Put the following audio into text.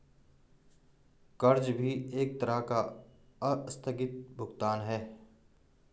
कर्ज भी एक तरह का आस्थगित भुगतान है